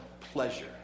pleasure